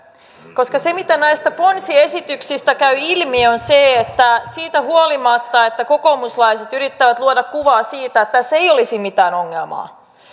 koska se mitä näistä ponsiesityksistä käy ilmi on se että siitä huolimatta että kokoomuslaiset yrittävät luoda kuvaa siitä että tässä ei olisi mitään ongelmaa